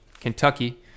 Kentucky